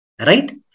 Right